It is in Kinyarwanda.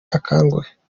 akanguhe